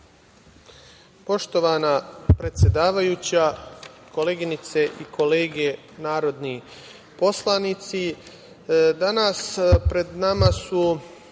Poštovana predsedavajuća, koleginice i kolege narodni poslanici, danas pred nama su